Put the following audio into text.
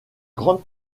grande